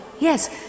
Yes